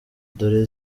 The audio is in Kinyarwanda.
dore